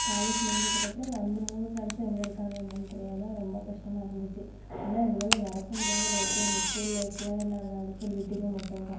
college முடிஞ்சதுக்கப்றம் அந்த மூணு ஃப்ரெண்ட்ஸும் எங்கே இருக்காங்க என்னன்னு தெரியாமல் ரொம்ப கஷ்டமாக இருந்துச்சு ஆனால் எங்களால் மறக்க முடியாதது லைஃப்பே அந்த ஸ்கூல் லைஃப்ல நாங்கள் அடித்த லூட்டிங்க மட்டும்தான்